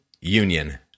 Union